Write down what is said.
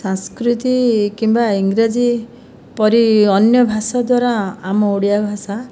ସଂସ୍କୃତି କିମ୍ବା ଇଂରାଜୀ ପରି ଅନ୍ୟ ଭାଷା ଦ୍ୱାରା ଆମ ଓଡ଼ିଆ ଭାଷା